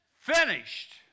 finished